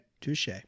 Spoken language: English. Touche